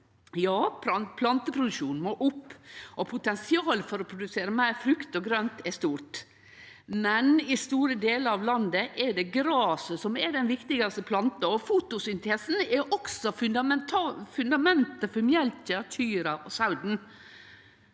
Ja, planteproduksjonen må opp, og potensialet for å produsere meir frukt og grønt er stort, men i store delar av landet er det graset som er den viktigaste planta. Fotosyntesen er også fundamentet for mjølka, kua og sauen.